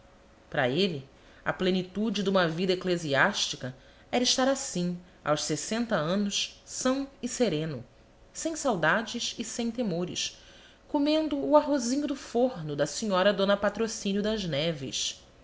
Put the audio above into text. para ele a plenitude de uma vida eclesiástica era estar assim aos sessenta anos são e sereno sem saudades e sem temores comendo o arrozinho do forno da senhora d patrocínio das neves